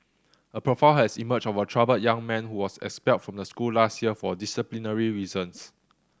a profile has emerged of a troubled young man who was expelled from the school last year for disciplinary reasons